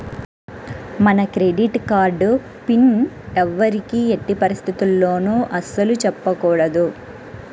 మన credit card PIN ఎవ్వరికీ ఎట్టి పరిస్థితుల్లోనూ అస్సలు చెప్పకూడదు